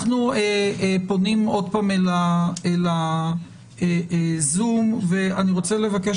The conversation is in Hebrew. אנחנו פונים עוד פעם אל הזום ואני רוצה לבקש